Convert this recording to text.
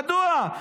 מדוע?